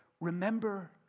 Remember